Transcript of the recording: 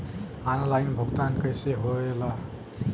Online भुगतान कैसे होए ला?